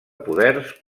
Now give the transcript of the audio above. poders